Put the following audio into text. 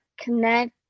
connect